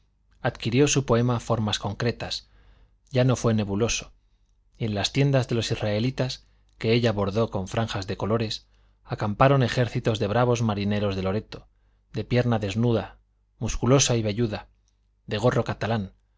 adquirió su poema formas concretas ya no fue nebuloso y en las tiendas de los israelitas que ella bordó con franjas de colores acamparon ejércitos de bravos marineros de loreto de pierna desnuda musculosa y velluda de gorro catalán